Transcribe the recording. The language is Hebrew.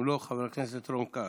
אם לא, חבר הכנסת רון כץ.